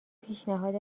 پیشنهاد